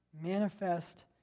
manifest